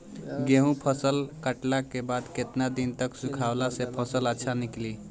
गेंहू फसल कटला के बाद केतना दिन तक सुखावला से फसल अच्छा निकली?